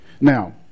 now